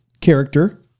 character